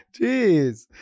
Jeez